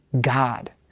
God